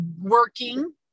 working